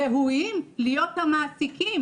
ראויים להיות המעסיקים.